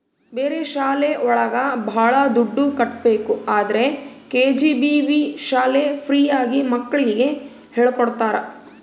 ಬೇರೆ ಶಾಲೆ ಒಳಗ ಭಾಳ ದುಡ್ಡು ಕಟ್ಬೇಕು ಆದ್ರೆ ಕೆ.ಜಿ.ಬಿ.ವಿ ಶಾಲೆ ಫ್ರೀ ಆಗಿ ಮಕ್ಳಿಗೆ ಹೇಳ್ಕೊಡ್ತರ